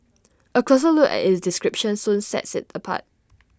A closer look at its description soon sets IT apart